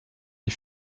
les